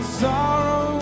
sorrow